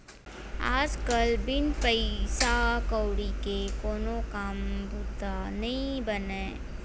आज कल बिन पइसा कउड़ी के कोनो काम बूता नइ बनय